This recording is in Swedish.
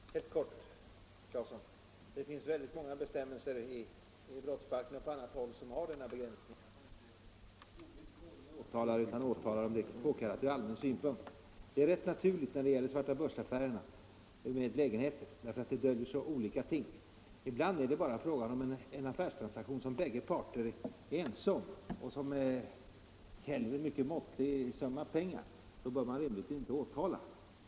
Herr talman! Jag vill helt kort, herr Claeson, säga att det finns eu stort antal bestämmelser i brottsbalken som har den begränsningen att man icke ovillkorligen åtalar utan gör detta endast om det är påkallat ur allmän synpunkt. Det är naturligt med den begränsningen även när det gäller svartabörsaffärerna med lägenheter, eftersom det bakom dessa kan dölja sig olika företeelser. Ibland är det bara fråga om en affärstransaktion, som bägge parter är ense om, eller som gäller en måttlig summa pengar. Då bör man rimligtvis inte åtala.